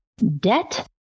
Debt